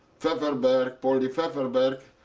pfefferberg, poldy pfefferberg.